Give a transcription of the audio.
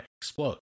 explode